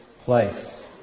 place